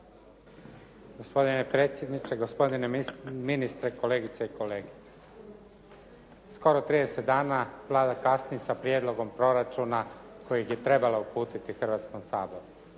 Gospodine predsjedniče, gospodine ministre, kolegice i kolege. Skoro 30 dana Vlada kasni sa prijedlogom proračuna kojeg je trebala uputiti Hrvatskom saboru.